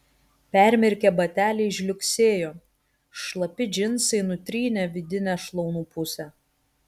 permirkę bateliai žliugsėjo šlapi džinsai nutrynė vidinę šlaunų pusę